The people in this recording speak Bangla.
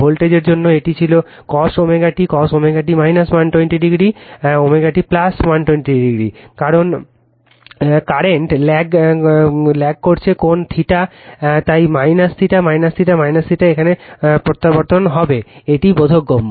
ভোল্টেজের জন্য এটি ছিল cos ω t cos ω t 120 o সময় উল্লেখ করুন 0802 ω t 120 o কারণ বর্তমান ল্যাগ সময় উল্লেখ করুন 0805 কোণ θ তাই θ θ θ এখানে প্রবর্তন করা হবে এটি বোধগম্য